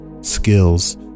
skills